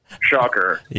shocker